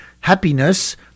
happiness